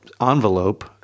envelope